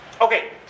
Okay